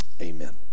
Amen